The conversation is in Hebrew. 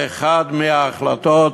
זו אחת ההחלטות